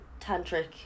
tantric